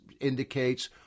indicates